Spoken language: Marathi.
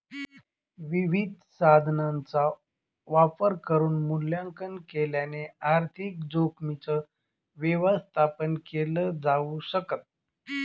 विविध साधनांचा वापर करून मूल्यांकन केल्याने आर्थिक जोखीमींच व्यवस्थापन केल जाऊ शकत